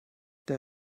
der